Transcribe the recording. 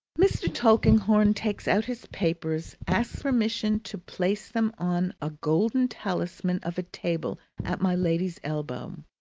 mr. tulkinghorn takes out his papers, asks permission to place them on a golden talisman of a table at my lady's elbow,